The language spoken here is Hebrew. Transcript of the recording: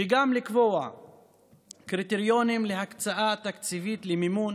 וגם לקבוע קריטריונים להקצאה תקציבית למימון